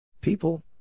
People